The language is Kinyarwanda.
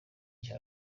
cyo